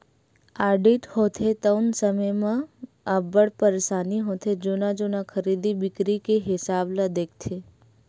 audit होथे तउन समे म अब्बड़ परसानी होथे जुन्ना जुन्ना खरीदी बिक्री के हिसाब ल देखथे